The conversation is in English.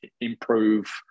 improve